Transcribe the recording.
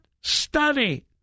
study